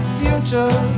future